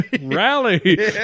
rally